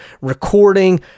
recording